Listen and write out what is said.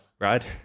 right